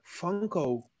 funko